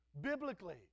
biblically